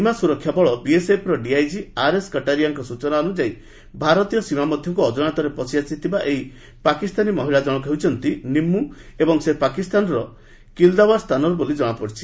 ସୀମା ସୁରକ୍ଷାବଳ ବିଏସଏଫର DIG RS କାଟାରିଆଙ୍କ ସୂଚନା ଅନୁଯାୟୀ ଭାରତୀୟ ସୀମା ମଧ୍ୟକୁ ଅଜାଣତରେ ପଶି ଆସିଥିବା ଏହି ପାକିସ୍ତାନୀ ମହିଳା ଜଣକ ହେଉଛନ୍ତି ନିମୁ ଏବଂ ସେ ପାକିସ୍ତାନର କିଲା ଦାଓ୍ୱର ସ୍ଥାନର ବୋଲି ଜଣାପଡିଛି